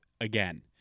again